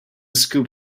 scoop